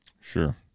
Sure